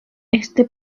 este